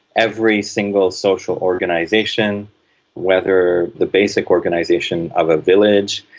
every single social organisation whether the basic organisation of a village,